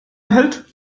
erhält